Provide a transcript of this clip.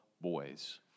boys